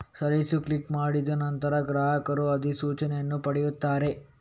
ಸಲ್ಲಿಸು ಕ್ಲಿಕ್ ಮಾಡಿದ ನಂತರ, ಗ್ರಾಹಕರು ಅಧಿಸೂಚನೆಯನ್ನು ಪಡೆಯುತ್ತಾರೆ